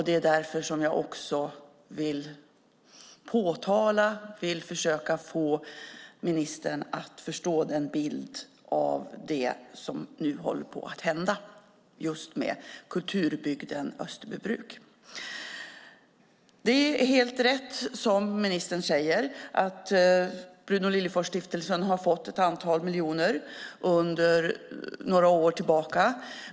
Det är också därför jag vill påtala och försöka få ministern att förstå den bild av det som nu håller på att hända med kulturbygden Österbybruk. Det är helt rätt som ministern säger - Bruno Liljefors-stiftelsen har fått ett antal miljoner under några år.